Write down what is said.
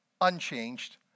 unchanged